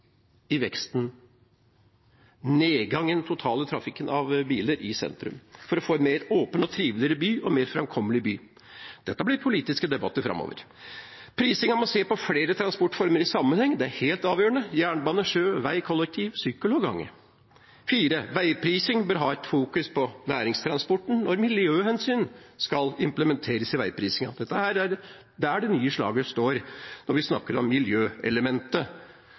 i veksten, nedgang i den totale trafikken av biler i sentrum, for å få en mer åpen, triveligere og mer framkommelig by. Dette blir det politiske debatter om framover. Prisingen må se på flere transportformer i sammenheng, det er helt avgjørende – jernbane, sjø, kollektivtransport, sykkel og gange. Veiprising bør fokusere på næringstransporten når miljøhensyn skal implementeres i veiprisingen. Det er der det nye slaget står når vi snakker om miljøelementet.